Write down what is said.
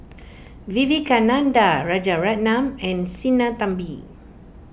Vivekananda Rajaratnam and Sinnathamby